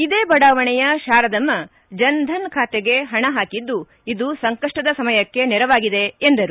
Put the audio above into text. ಇದೇ ಬಡಾವಣೆಯ ಶಾರದಮ್ಮ ಜನ್ಧನ್ ಖಾತೆಗೆ ಪಣ ಹಾಕಿದ್ದು ಸಂಕಪ್ಪ ಸಮಯಕ್ಕೆ ನೆರವಾಗಿದೆ ಎಂದರು